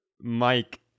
Mike